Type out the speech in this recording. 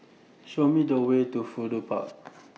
Show Me The Way to Fudu Park